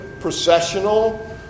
processional